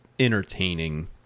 entertaining